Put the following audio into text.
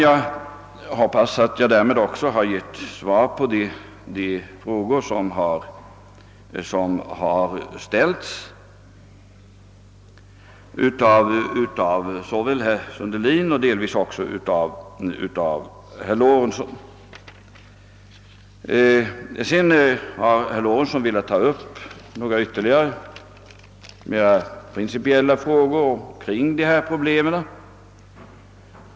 Jag hoppas att jag har givit svar på de frågor som ställts av herr Sundelin och även av herr Lorentzon. Dessutom har herr Lorentzon velat ta upp ytterligare några mera principiella frågor kring dessa problem.